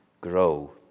grow